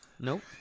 Nope